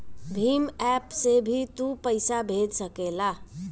Bhim app से भी तू पईसा भेज सकेला